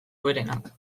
hoberenak